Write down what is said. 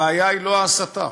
הבעיה היא לא ההסתה.